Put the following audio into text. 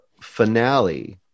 finale